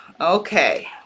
okay